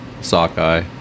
sockeye